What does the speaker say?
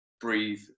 breathe